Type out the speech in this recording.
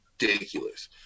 Ridiculous